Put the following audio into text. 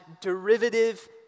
derivative